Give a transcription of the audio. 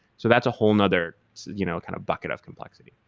so that's a whole another you know kind of bucket of complexity.